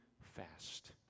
fast